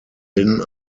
lynn